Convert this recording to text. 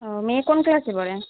ও মেয়ে কোন ক্লাসে পড়ে